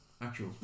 actual